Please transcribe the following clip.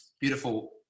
beautiful